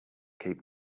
keep